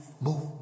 move